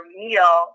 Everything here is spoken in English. meal